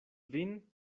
vin